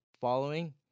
following